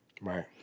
right